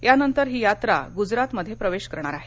यानंतर ही यात्रा गुजरातमध्ये प्रवेश करणार आहे